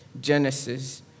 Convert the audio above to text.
Genesis